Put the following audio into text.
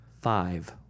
five